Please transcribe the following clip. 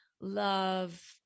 love